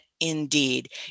Indeed